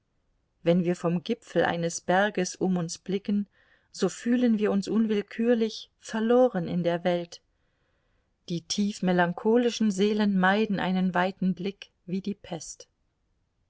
wenn wir vom gipfel eines berges um uns blicken so fühlen wir uns unwillkürlich verloren in der welt die tief melancholischen seelen meiden einen weiten blick wie die pest